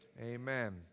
amen